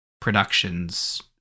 productions